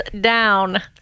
down